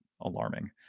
alarming